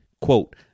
Quote